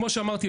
כמו שאמרתי,